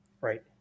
Right